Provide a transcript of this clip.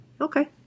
Okay